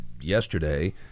yesterday